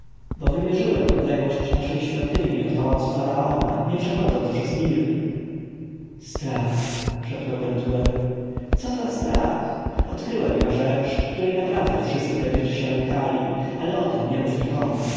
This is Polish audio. bo wymierzyłem odległość naszej świątyni od pałacu faraona nie przechodząc przez nil strach szepnął pentuer co za strach odkryłem ja rzecz której naprawdę będziecie się lękali ale o tem nie mów nikomu